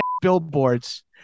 billboards